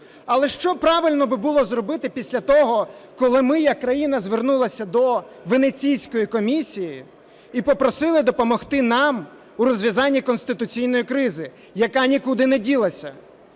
Але що правильно би було зробити після того, коли ми як країна звернулися до Венеційської комісії і попросили допомогти нам у розв'язанні конституційної кризи, яка нікуди не ділася.